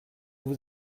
vous